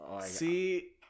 See